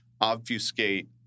obfuscate